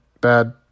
Bad